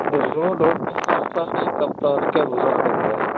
road होगा सही तब तो अरके घुसा देंगे